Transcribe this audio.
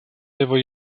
его